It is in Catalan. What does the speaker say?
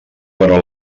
però